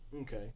Okay